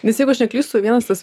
nes jeigu aš neklystu vienas tas